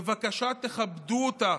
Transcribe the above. בבקשה תכבדו אותה.